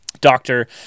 doctor